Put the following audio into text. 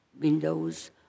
windows